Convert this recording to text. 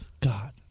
God